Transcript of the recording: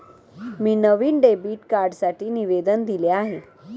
मी नवीन डेबिट कार्डसाठी निवेदन दिले आहे